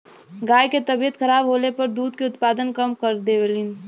गाय के तबियत खराब होले पर दूध के उत्पादन कम कर देवलीन